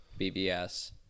BBS